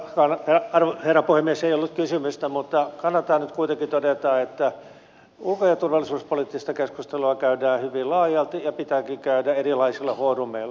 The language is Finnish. siinä todellakaan herra puhemies ei ollut kysymystä mutta kannattaa nyt kuitenkin todeta että ulko ja turvallisuuspoliittista keskustelua käydään hyvin laajalti ja pitääkin käydä erilaisilla foorumeilla